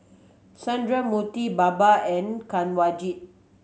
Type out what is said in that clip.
Sundramoorthy Baba and Kanwaljit